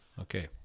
Okay